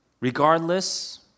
Regardless